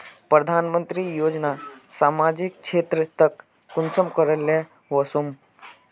प्रधानमंत्री योजना सामाजिक क्षेत्र तक कुंसम करे ले वसुम?